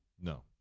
No